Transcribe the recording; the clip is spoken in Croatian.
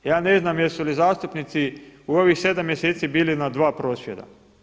Ja ne znam jesu li zastupnici u ovih 7 mjeseci bili na dva prosvjeda.